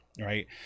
right